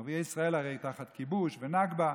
ערביי ישראל הרי תחת כיבוש ונכבה.